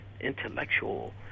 intellectual